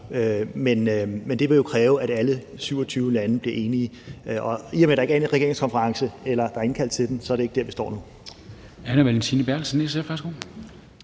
Men det vil jo kræve, at alle 27 lande bliver enige. Og i og med at der ikke er en regeringskonference, eller at der er indkaldt til en sådan, så er det ikke der, vi står nu. Kl. 12:09 Formanden